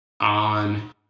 on